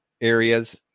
areas